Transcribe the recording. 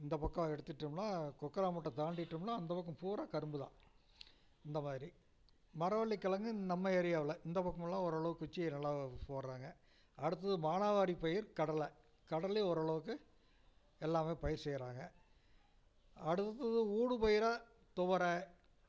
இந்த பக்கம் எடுத்துட்டோம்னா குக்கராம்பேட்டை தாண்டிவிட்டோம்னா அந்த பக்கம் பூரா கரும்பு தான் அந்த மாதிரி மரவள்ளி கிழங்கு நம்ம ஏரியாவில் இந்த பக்கமெல்லாம் ஓரளவுக்கு குச்சி நல்லா போடுறாங்க அடுத்தது மானாவாடி பயிர் கடலை கடலையும் ஓரளவுக்கு எல்லாமே பயிர் செய்யறாங்க அடுத்தது ஊடுபயிராக துவரை